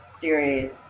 series